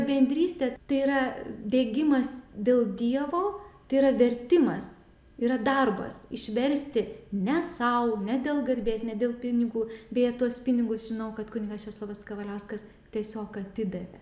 bendrystė tai yra degimas dėl dievo tai yra vertimas yra darbas išversti ne sau ne dėl garbės ne dėl pinigų beje tuos pinigus žinau kad kunigas česlovas kavaliauskas tiesiog atidavė